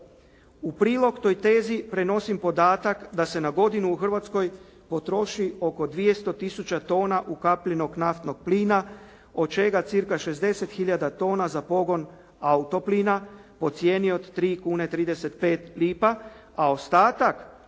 U prilog toj tezi prenosim podatak da se na godinu u Hrvatskoj potroši oko 200 tisuća tona ukapljenog naftnog plina, od čega cca 60 tisuća tona za pogon auto plina po cijeni od 3 kune 35 lipa, a ostatak